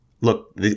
look